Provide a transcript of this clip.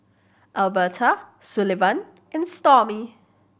Elberta Sullivan and Stormy